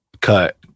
cut